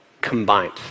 combined